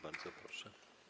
Bardzo proszę.